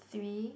three